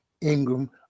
ingram